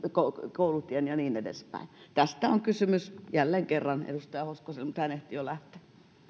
koulutien ja niin edespäin tästä on kysymys jälleen kerran tämä edustaja hoskoselle mutta hän ehti jo lähteä